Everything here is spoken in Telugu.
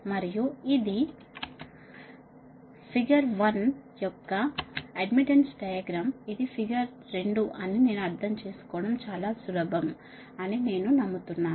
మరియు ఇది ఫిగర్ వన్ యొక్క అడ్మిటెన్స్ డయాగ్రామ్ ఇది ఫిగర్ రెండు అని నేను అర్థం చేసుకోవడం చాలా సులభం అని నేను నమ్ముతున్నాను